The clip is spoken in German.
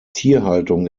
tierhaltung